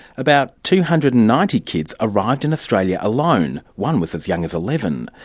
about two hundred and ninety kids arrived in australia alone one was as young as eleven.